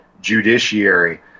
judiciary